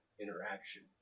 interaction